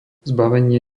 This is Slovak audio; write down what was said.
zbavenie